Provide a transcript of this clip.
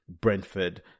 Brentford